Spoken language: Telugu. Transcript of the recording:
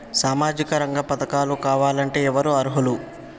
సామాజిక రంగ పథకాలు కావాలంటే ఎవరు అర్హులు?